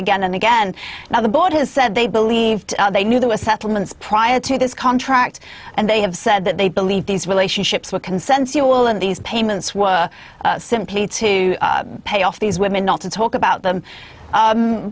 again and again now the board has said they believed they knew there were settlements prior to this contract and they have said that they believe these relationships were consensual and these payments were simply to pay off these women not to talk about them